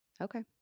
okay